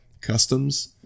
customs